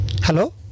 Hello